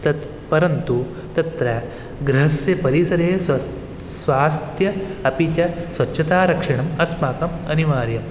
तत् परन्तु तत्र गृहस्य परिसरे स्वस् स्वास्थ्य अपि च स्वच्छतारक्षणम् अस्माकम् अनिवार्यं